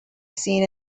seen